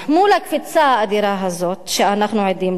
מול הקפיצה האדירה הזאת שאנחנו עדים לה,